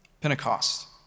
Pentecost